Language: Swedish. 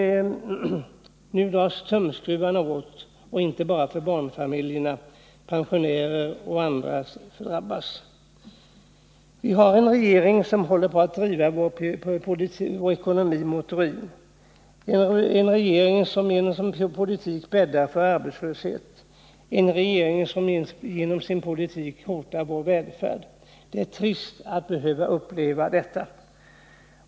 Nu dras tumskruvarna åt inte bara för barnfamiljerna, utan också för pensionärer och andra. Vi har en regering som håller på att driva vår ekonomi mot ruin, en regering som genom sin politik bäddar för arbetslöshet och hotar vår välfärd. Det är trist att behöva uppleva detta.